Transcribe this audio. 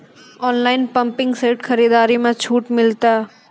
Online pumping set खरीदारी मे छूट मिलता?